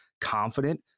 confident